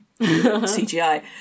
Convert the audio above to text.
CGI